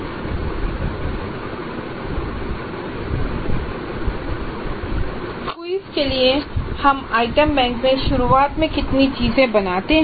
quiz के लिए हम आइटम बैंक में शुरुआत में कितनी चीज़ें बनाते हैं